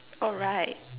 alright